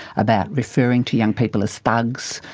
about referring to young people as thugs.